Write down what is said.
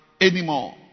anymore